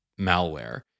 malware